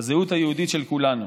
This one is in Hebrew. בזהות היהודית של כולנו,